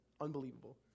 Unbelievable